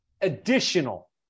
additional